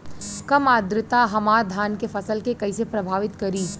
कम आद्रता हमार धान के फसल के कइसे प्रभावित करी?